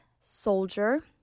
soldier